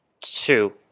two